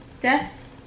deaths